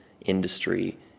industry